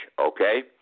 okay